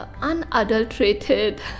unadulterated